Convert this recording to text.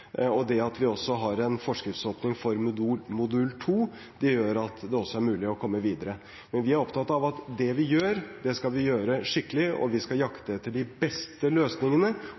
Det at vi også har en forskriftsåpning for modul 2, gjør at det er mulig å komme videre. Men vi er opptatt av at det vi gjør, skal vi gjøre skikkelig. Vi skal jakte på de beste løsningene